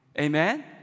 Amen